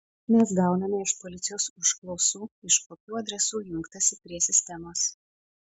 mes gauname iš policijos užklausų iš kokių adresų jungtasi prie sistemos